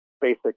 basic